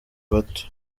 bato